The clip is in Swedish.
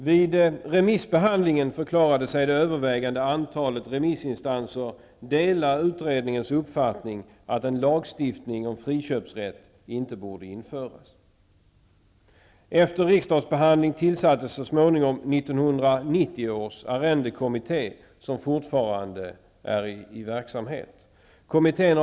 Vid remissbehandlingen förklarade sig det övervägande antalet remissinstanser dela utredningens uppfattning, dvs. att en lagstiftning om friköpsrätt inte borde införas. Efter riksdagsbehandling tillsattes så småningom 1990 års arrendekommitté, som fortfarande är i verksamhet.